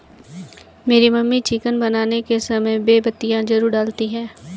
मेरी मम्मी चिकन बनाने के समय बे पत्तियां जरूर डालती हैं